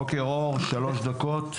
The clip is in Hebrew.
בוקר אור, שלוש דקות.